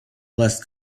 less